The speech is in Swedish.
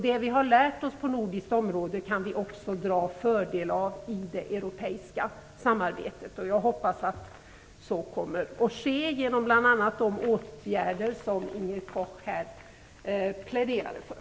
Det vi har lärt oss på det nordiska området kan vi också dra fördel av i det europeiska samarbetet. Jag hoppas att så kommer att ske genom bl.a. de åtgärder som Inger Koch här pläderade för.